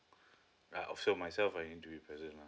uh of so myself I need to be present lah